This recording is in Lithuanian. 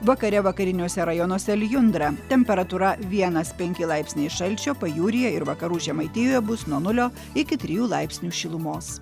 vakare vakariniuose rajonuose lijundra temperatūra vienas penki laipsniai šalčio pajūryje ir vakarų žemaitijoje bus nuo nulio iki trijų laipsnių šilumos